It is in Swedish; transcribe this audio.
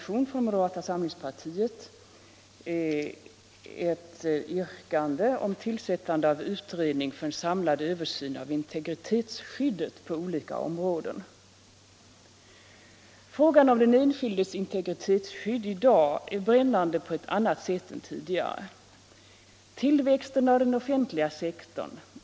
I moderata samlingspartiets partimotion finns ett yrkande om tillsättande av utredning för en samlad översyn av integritetsskyddet på olika områden. Frågan om den enskildes integritetsskydd i dag är brännande på ett annat sätt än tidigare. Tillväxten av den offenthga sektorn.